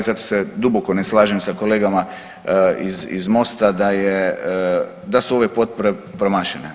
Zato se duboko ne slažem sa kolegama iz, iz Mosta da je, da su ove potpore promašene.